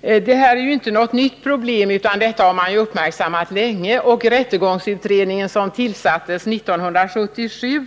Detta är inte något nytt problem, utan det har uppmärksammats länge. Rättegångsutredningen, som tillsattes 1977,